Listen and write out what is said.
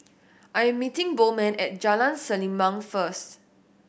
I am meeting Bowman at Jalan Selimang first